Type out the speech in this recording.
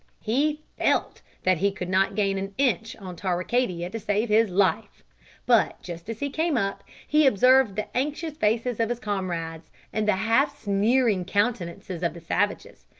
he felt that he could not gain an inch on tarwicadia to save his life but, just as he came up, he observed the anxious faces of his comrades and the half-sneering countenances of the savages.